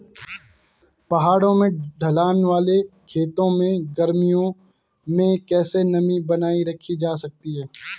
पहाड़ों में ढलान वाले खेतों में गर्मियों में कैसे नमी बनायी रखी जा सकती है?